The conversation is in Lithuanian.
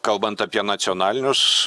kalbant apie nacionalinius